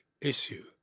issue